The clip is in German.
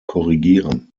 korrigieren